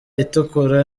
itukura